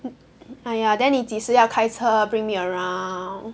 !aiya! then 你几时要开车 bring me around